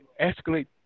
escalate